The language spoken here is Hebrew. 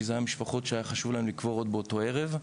כי זה היה משפחות שהיה חשוב להן לקבור עוד באותו ערב.